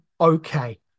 okay